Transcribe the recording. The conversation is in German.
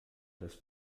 das